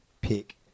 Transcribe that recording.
pick